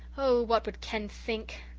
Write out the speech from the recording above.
oh, what would ken think?